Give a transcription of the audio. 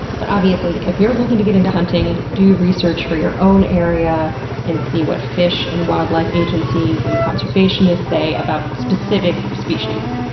but obviously, if you're looking to get into hunting, do research for your own area and see what fish and wildlife agencies and conservationists say about specific species.